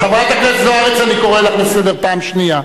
חברת הכנסת זוארץ, אני קורא לך לסדר פעם שנייה.